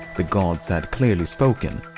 the gods had clearly spoken.